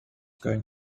going